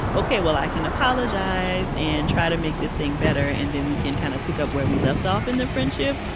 ok, well, i can apologize and try to make this thing better. and then we can kind of pick up where we left off in the friendship.